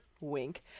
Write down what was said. wink